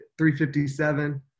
357